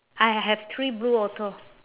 I have three blue also